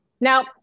Now